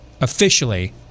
officially